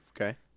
okay